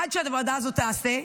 עד שהעבודה הזאת תיעשה,